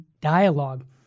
dialogue